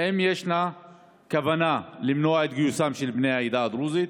1. האם ישנה כוונה למנוע את גיוס בני העדה הדרוזית?